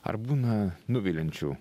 ar būna nuviliančių